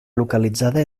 localitzada